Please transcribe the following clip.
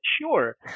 Sure